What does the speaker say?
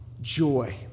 joy